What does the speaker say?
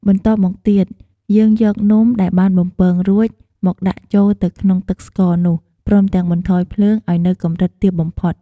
បន្ទាប់មកទៀត យើងយកនំដែលបានបំពងរួចមកដាក់ចូលទៅក្នុងទឹកស្ករនោះ ព្រមទាំងបន្ថយភ្លើងឱ្យនៅកម្រិតទាបបំផុត។